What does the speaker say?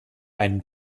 einen